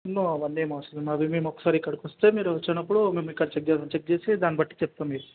no అవన్నీ ఏమి అవసరం లేదు అవి మేము ఒకసారి ఇక్కడకి వస్తే మీరు వచ్చినప్పుడు మేము ఇక్కడ చెక్ చేసి దాన్నిబట్టి చెప్తాం మీకు